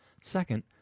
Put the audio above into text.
Second